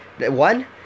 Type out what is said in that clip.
one